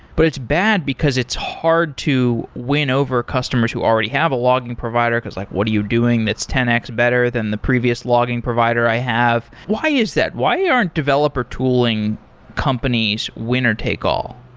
but it's bad because it's hard to win over customers who already have a logging provider, because like, what are you doing? that's ten x better than the previous logging provider i have. why is that? why aren't developer tooling companies winner-take-all?